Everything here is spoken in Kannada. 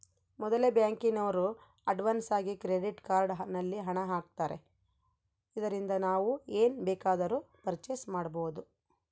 ಮೊದಲೆ ಬ್ಯಾಂಕಿನೋರು ಅಡ್ವಾನ್ಸಾಗಿ ಕ್ರೆಡಿಟ್ ಕಾರ್ಡ್ ನಲ್ಲಿ ಹಣ ಆಗ್ತಾರೆ ಇದರಿಂದ ನಾವು ಏನ್ ಬೇಕಾದರೂ ಪರ್ಚೇಸ್ ಮಾಡ್ಬಬೊದು